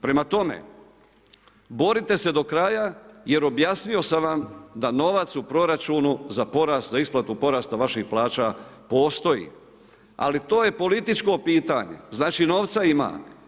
Prema tome, borite se do kraja jer objasnio sam vam da novac u proračuna za porast, za isplatu porasta vaših plaća postoji, ali to je političko pitanje, znači novca ima.